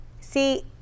See